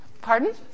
Pardon